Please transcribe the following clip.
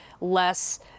less